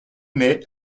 mai